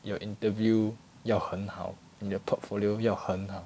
有 interview 要很好你的 portfolio 要很好